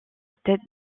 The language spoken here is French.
tête